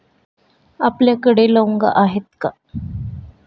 आपल्याकडे लवंगा आहेत का?